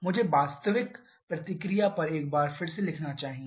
मुझे वास्तविक प्रतिक्रिया एक बार फिर से लिखना चाहिए